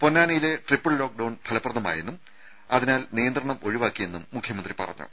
പൊന്നാനിയിലെ triple lockdown ഫലപ്രദമായെന്നും അതിനാൽ നിയന്ത്രണം ഒഴിവാക്കിയതായും മുഖ്യമന്ത്രി പറഞ്ഞു